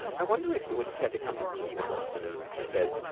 i wonder if you would care to come to tea one afternoon, she said.